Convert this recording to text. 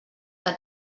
que